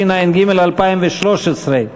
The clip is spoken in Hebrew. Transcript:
התשע"ג 2013,